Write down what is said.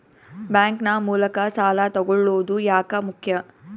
Bank ನ ಮೂಲಕ ಸಾಲ ತಗೊಳ್ಳೋದು ಯಾಕ ಮುಖ್ಯ?